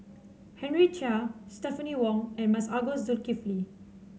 Henry Chia Stephanie Wong and Masagos Zulkifli